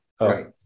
right